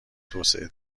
توسعه